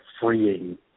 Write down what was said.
freeing